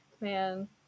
man